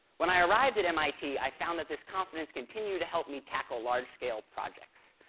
when i arrived at mit, i found that this confidence continued to help me tackle large-scale projects.